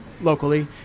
locally